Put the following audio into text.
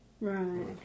right